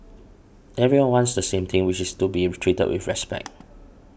everyone wants the same thing which is to be treated with respect